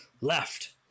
left